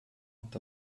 und